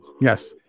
Yes